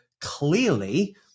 clearly